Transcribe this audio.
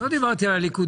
לא דיברתי על הליכוד.